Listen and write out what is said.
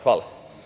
Hvala.